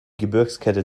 gebirgskette